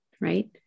right